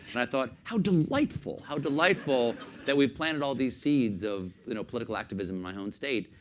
and i thought, how delightful. how delightful that we've planned all these seeds of you know political activism in my home state.